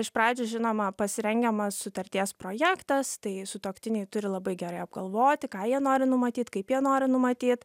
iš pradžių žinoma pasirengiamas sutarties projektas tai sutuoktiniai turi labai gerai apgalvoti ką jie nori numatyt kaip jie nori numatyt